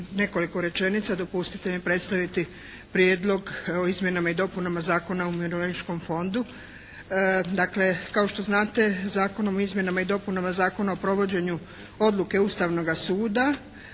nekoliko rečenica dopustite mi predstaviti Prijedlog o izmjenama i dopunama Zakona o umirovljeničkom fondu. Dakle kao što znate Zakonom o izmjenama i dopunama Zakona o provođenju odluke Ustavnoga suda